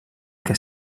que